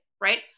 right